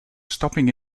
stopping